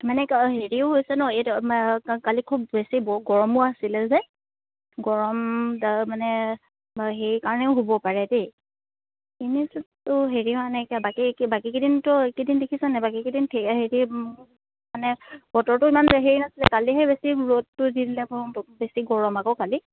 মানে হেৰিও হৈছে ন এই কালি খুব বেছি গৰমো আছিলে যে গৰম মানে সেইকাৰণেও হ'ব পাৰে দেই এনেটো বাকীকেইদিনতো এইকেইদিন দেখিছে নে বাকীকেইদিন হেৰি মানে বতৰটো ইমান হেৰি নাছিলে কালিহে বেছি ৰ'দটো দিলে বেছি গৰম আকৌ কালি